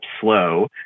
slow